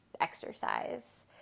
exercise